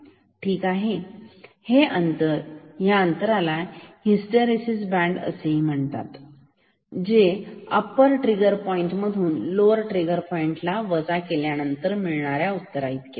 ठीक आहे आणि हे अंतर त्या अंतराला हिस्टरीसिस बँड असे म्हणतात जे अप्पर ट्रिगर पॉईंट मधून लोवर ट्रिगर पॉइंटला वजा केल्या नंतर येणाऱ्या उत्तरा इतके असते